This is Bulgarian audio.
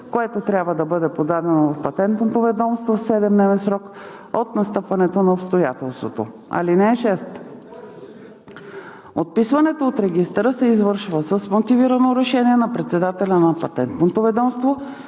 което трябва да бъде подадено в Патентното ведомство в 7-дневен срок от настъпване на обстоятелството. (6) Отписването от регистъра се извършва с мотивирано решение на председателя на Патентното ведомство